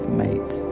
mate